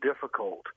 difficult